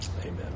amen